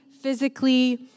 physically